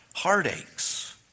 Heartaches